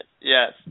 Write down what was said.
Yes